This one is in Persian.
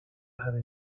همه